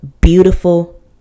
beautiful